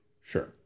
sure